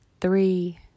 three